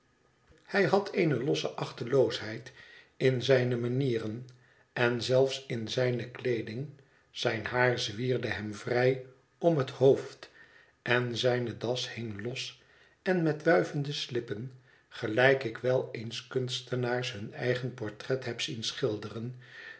hij had eene losse achteloosheid in zijne manieren en zelfs in zijne kleeding zijn haar zwierde hem vrij om het hoofd en zijne das hing los en met wuivende slippen gelijk ik wel eens kunstenaars hun eigen portret heb zien schilderen